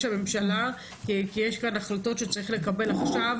הממשלה כי יש כאן החלטות שצריך לקבל עכשיו,